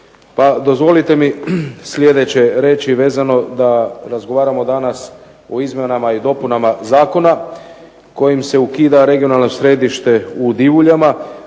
dozvolite mi sljedeće reći vezano da razgovaramo danas o izmjenama i dopunama zakona kojim se ukida Regionalno središte u Divuljama,